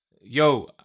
yo